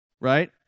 right